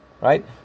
Right